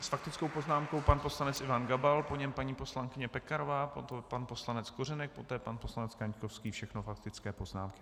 S faktickou poznámkou pan poslanec Ivan Gabal, po něm paní poslankyně Pekarová, potom pan poslanec Kořenek, poté pan poslanec Kaňkovský všechno faktické poznámky.